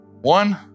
one